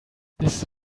this